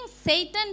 Satan